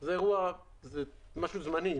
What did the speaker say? זה משהו זמני.